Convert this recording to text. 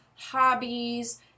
hobbies